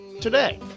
today